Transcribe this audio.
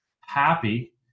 happy